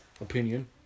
opinion